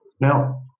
Now